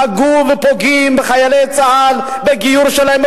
פגעו ופוגעים בחיילי צה"ל, בגיור שלהם.